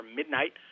midnight